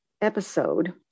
episode